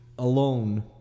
Alone